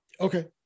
Okay